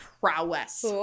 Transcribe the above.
prowess